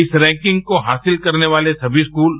इस रैंकिंग को हासिल करने वाले समी स्कलि